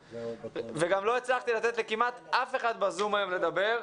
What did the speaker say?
גם לא הצלחתי לתת לכמעט אף אחד בזום היום לדבר,